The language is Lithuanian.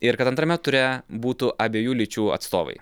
ir kad antrame ture būtų abiejų lyčių atstovai